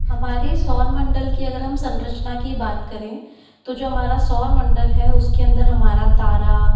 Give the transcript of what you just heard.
हमारे सौरमंडल की अगर हम संरचना की बात करें तो जो हमारा सौरमंडल है उसके अंदर हमारा तारा